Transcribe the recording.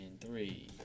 three